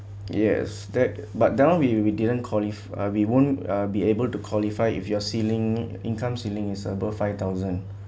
yes that but that one we we didn't qualif~ uh we won't uh be able to qualify if your ceiling income ceiling is above five thousand